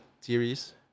series